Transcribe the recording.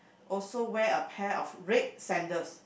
also wear a pair of red sandals